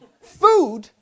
Food